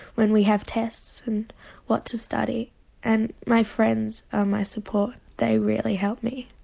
when we have tests and what to study and my friends are my support, they really help me.